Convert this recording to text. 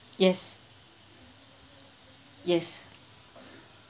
yes yes